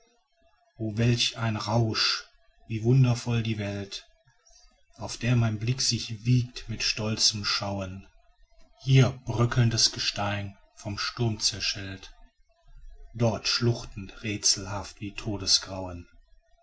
o welch ein rausch wie wundervoll die welt auf der mein blick sich wiegt mit stolzem schauen hier bröckelndes gestein vom sturm zerschellt dort schluchten räthselhaft wie todesgrauen